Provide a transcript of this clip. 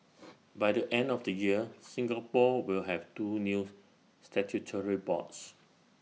by the end of the year Singapore will have two news statutory boards